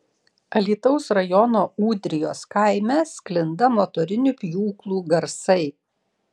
alytaus rajono ūdrijos kaime sklinda motorinių pjūklų garsai